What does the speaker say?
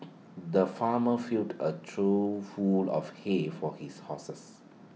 the farmer filled A trough full of hay for his horses